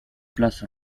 puis